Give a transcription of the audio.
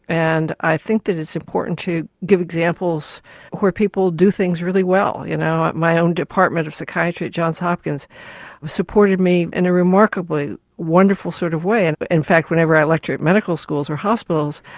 and i think that it's important to give examples where people do things really well you know like, my own department of psychiatry at john hopkins supported me in a remarkably wonderful sort of way. and but in fact, whenever i lecture at medical schools or hospitals,